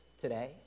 today